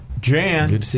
Jan